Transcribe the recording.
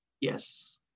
Yes